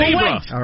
wait